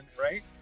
Right